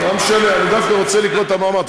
לא משנה, אני דווקא רוצה לקרוא את המאמר.